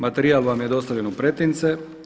Materijal vam je dostavljen u pretince.